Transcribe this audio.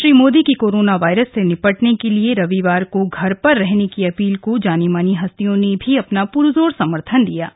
श्री मोदी की corona virus से निपटने के लिए रविवार को घर पर रहने की अपील को जानी मानी हस्तियों ने भी अपना पुरजोर समर्थन दिया था